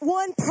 one